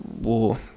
war